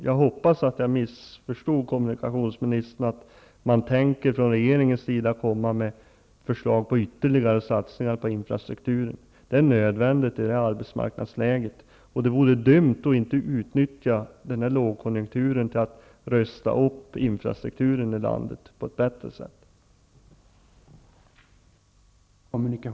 Jag hoppas att jag missförstod kommunikationsministern och att man från regeringens sida tänker komma med förslag på ytterligare satsningar på infrastrukturen. Det är nödvändigt i det här arbetsmarknadsläget. Det vore dumt att inte utnyttja lågkonjunkturen till att rusta upp infrastrukturen i landet på ett bättre sätt.